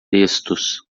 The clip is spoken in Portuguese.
textos